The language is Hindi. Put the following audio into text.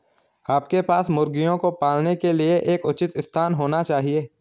आपके पास मुर्गियों को पालने के लिए एक उचित स्थान होना चाहिए